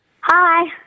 Hi